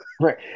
Right